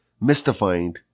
mystifying